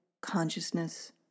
consciousness